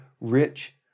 rich